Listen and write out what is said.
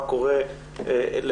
מה קורה למתלוננת,